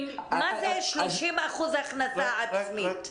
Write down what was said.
מה זה 30% הכנסה עצמית?